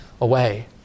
away